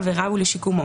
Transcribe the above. אלה שתי השאלות שלי.